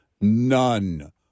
None